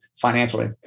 financially